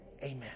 amen